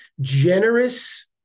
generous